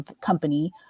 company